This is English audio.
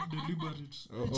Deliberate